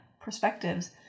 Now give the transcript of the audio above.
perspectives